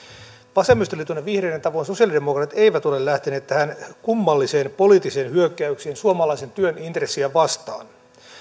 vasemmistoliiton ja vihreiden tavoin sosialidemokraatit eivät ole lähteneet tähän kummalliseen poliittiseen hyökkäykseen suomalaisen työn intressejä vastaan